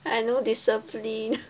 I no discipline